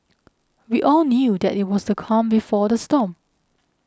we all knew that it was the calm before the storm